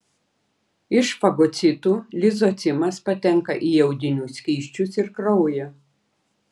iš fagocitų lizocimas patenka į audinių skysčius ir kraują